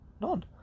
None